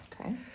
Okay